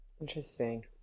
Interesting